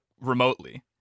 remotely